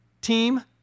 team